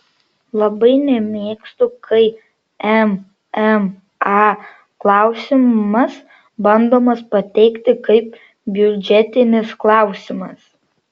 labai nemėgstu kai mma klausimas bandomas pateikti kaip biudžetinis klausimas